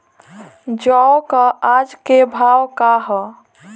जौ क आज के भाव का ह?